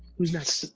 who's next?